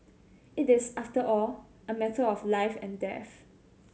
it is after all a matter of life and death